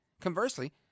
Conversely